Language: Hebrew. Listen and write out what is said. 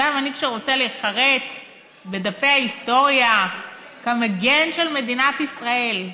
זה המנהיג שרוצה להיחרת בדפי ההיסטוריה כמגן של מדינת ישראל.